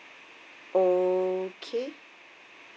okay